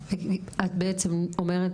את בעצם אומרת,